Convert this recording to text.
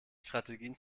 strategien